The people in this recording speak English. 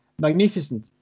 Magnificent